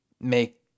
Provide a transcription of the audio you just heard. make